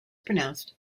pronounced